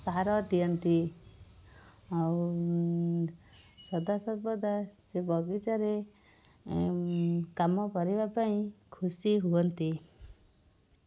ସାର ଦିଅନ୍ତି ଆଉ ସଦାସର୍ବଦା ସେ ବଗିଚାରେ କାମ କରିବାପାଇଁ ଖୁସି ହୁଅନ୍ତି